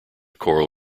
coral